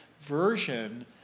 version